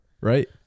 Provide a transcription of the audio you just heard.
right